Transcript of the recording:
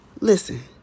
listen